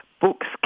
Books